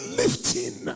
lifting